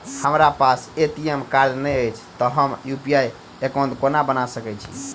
हमरा पास ATM card नहि अछि तए हम यु.पी.आई एकॉउन्ट कोना बना सकैत छी